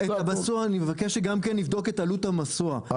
אני מבקש שגם נבדוק את כלות המסוע,